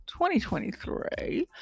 2023